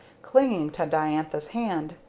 clinging to diantha's hand.